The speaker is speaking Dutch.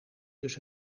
dus